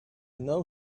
know